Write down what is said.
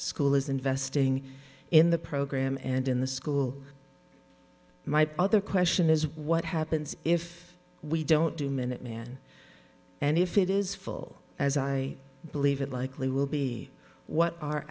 school is investing in the program and in the school my other question is what happens if we don't do minuteman and if it is full as i believe it likely will be what are